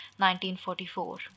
1944